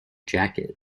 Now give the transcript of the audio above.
jacket